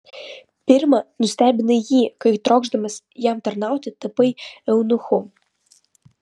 pirma nustebinai jį kai trokšdamas jam tarnauti tapai eunuchu